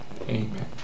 Amen